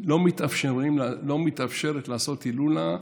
לא מתאפשר לעשות הילולה.